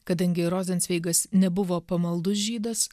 kadangi rozencveigas nebuvo pamaldus žydas